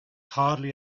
hardly